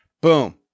Boom